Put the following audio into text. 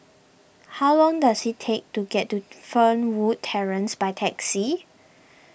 how long does it take to get to Fernwood Terrace by taxi